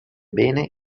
bene